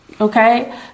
okay